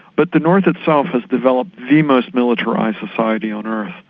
but the north itself has developed the most militarised society on earth.